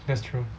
that's true